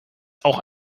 auch